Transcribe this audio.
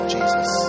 Jesus